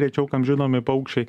rečiau kam žinomi paukščiai